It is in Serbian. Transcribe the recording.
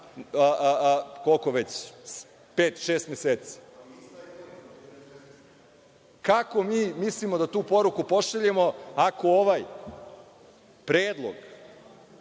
komisija već pet, šest meseci? Kako mi mislimo da tu poruku pošaljemo ako ovaj predlog